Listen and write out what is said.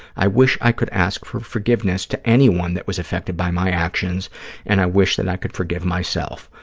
i wish i could ask for forgiveness to anyone that was affected by my actions and i wish that i could forgive myself.